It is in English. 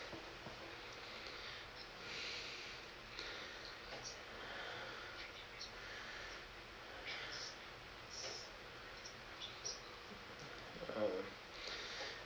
uh